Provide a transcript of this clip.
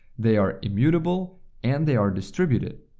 they are immutable and they are distributed.